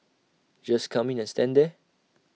just come in and stand there